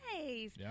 nice